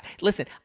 Listen